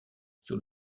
sur